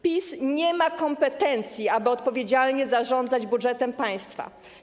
PiS nie ma kompetencji, aby odpowiedzialnie zarządzać budżetem państwa.